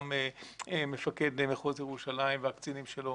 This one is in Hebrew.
גם מפקד מחוז ירושלים והקצינים שלו,